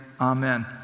Amen